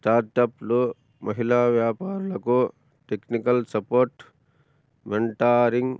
స్టార్టప్లు మహిళా వ్యాపారులకు టెక్నికల్ సపోర్ట్ మెంటారింగ్